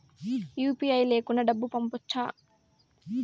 UPI లేకుండా డబ్బు పంపొచ్చా